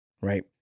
right